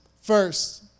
First